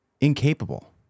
incapable